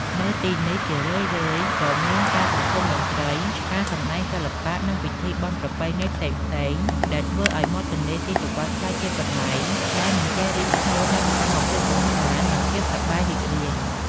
នៅទីនេះ ជារឿយៗក៏មានការប្រគុំតន្ត្រី ការសំដែងសិល្បៈ និងពិធីបុណ្យប្រពៃណីផ្សេងៗ ដែលធ្វើឱ្យមាត់ទន្លេសុីសុវត្ថិក្លាយជាកន្លែងដែលមិនចេះរីងស្ងួតនៃសកម្មភាពកម្សាន្ដ និងភាពសប្បាយរីករាយ។